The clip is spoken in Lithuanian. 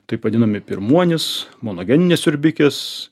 taip vadinami pirmuonys manogeninės siurbikės